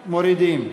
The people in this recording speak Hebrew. מורידים.